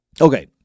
Okay